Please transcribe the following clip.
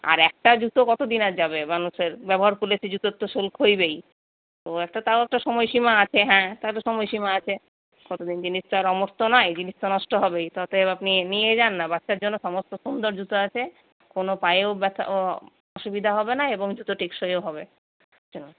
আর একটা জুতো কতদিন আর যাবে মানুষের ব্যবহার করলে তো জুতোর তো শোল খইবেই ও একটা তাও একটা সময়সীমা আছে হ্যাঁ তার তো সময়সীমা আছে কতদিন জিনিস তো আর অমর তো নয় জিনিস তো নষ্ট হবেই তাতে আপনি নিয়ে যান না বাচ্চার জন্য সমস্ত সুন্দর জুতো আছে কোন পায়েও ব্যথা অসুবিধা হবে না এবং জুতো টেকসইও হবে হ্যাঁ